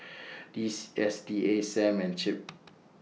Diss S T A SAM and CIP